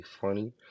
funny